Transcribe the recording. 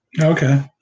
Okay